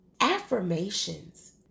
Affirmations